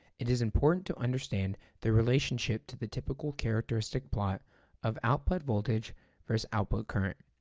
it is important to understand the relationship to the typical characteristic plot of output voltage verse output current,